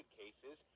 cases